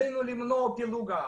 עלינו למנוע פילוג העם,